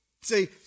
See